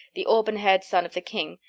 the auburn-haired son of the king,